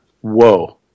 whoa